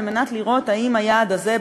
כדי לראות אם היעד הזה,